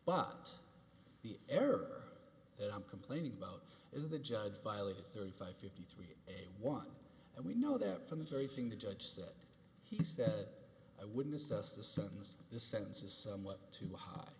but the error that i'm complaining about is the judge violated thirty five fifty three day one and we know that from the very thing the judge said he said i wouldn't assess the sons the sentence is somewhat too